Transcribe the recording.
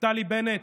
נפתלי בנט,